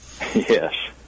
Yes